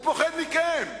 הוא פוחד מכם.